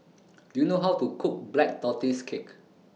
Do YOU know How to Cook Black Tortoise Cake